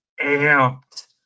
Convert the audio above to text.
amped